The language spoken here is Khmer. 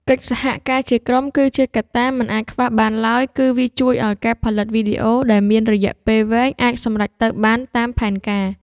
កិច្ចសហការជាក្រុមគឺជាកត្តាមិនអាចខ្វះបានឡើយ គឺ វាជួយឱ្យការផលិតវីដេអូដែលមានរយៈពេលវែងអាចសម្រេចទៅបានតាមផែនការ។